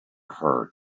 her